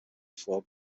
ford